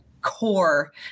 core